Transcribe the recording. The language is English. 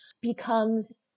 becomes